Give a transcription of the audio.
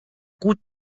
gut